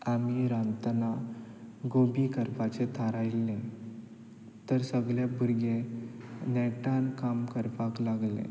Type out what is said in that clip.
आमी रांदतना गोबी करपाचें थारायिल्लें तर सगळे भुरगे नेटान काम करपाक लागले